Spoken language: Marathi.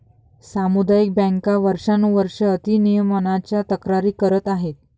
सामुदायिक बँका वर्षानुवर्षे अति नियमनाच्या तक्रारी करत आहेत